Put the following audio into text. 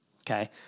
Okay